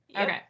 Okay